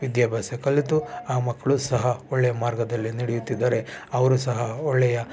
ವಿದ್ಯಾಭ್ಯಾಸ ಕಲಿತು ಆ ಮಕ್ಕಳು ಸಹ ಒಳ್ಳೆ ಮಾರ್ಗದಲ್ಲಿ ನಡೆಯುತ್ತಿದ್ದಾರೆ ಅವ್ರೂ ಸಹ ಒಳ್ಳೆಯ